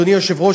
אדוני היושב-ראש,